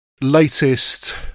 latest